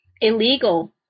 illegal